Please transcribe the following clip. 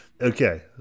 Okay